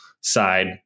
side